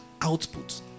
output